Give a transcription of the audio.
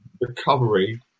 Recovery